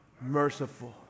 Merciful